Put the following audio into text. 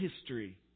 history